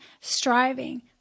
striving